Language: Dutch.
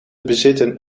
bezitten